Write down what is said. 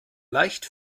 leicht